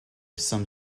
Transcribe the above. some